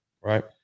Right